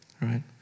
Right